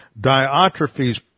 Diotrephes